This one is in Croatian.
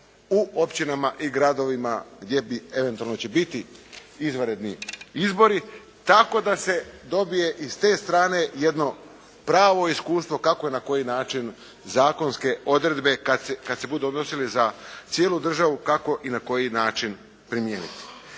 u općinama i gradovima gdje bi eventualno će biti izvanredni izbori tako da se dobije i s te strane jedno pravo iskustvo kako i na koji način zakonske odredbe, kad se budu odnosili za cijelu državu, kako i na koji način primijeniti.